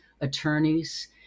attorneys